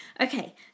Okay